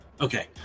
okay